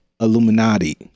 Illuminati